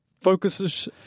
focuses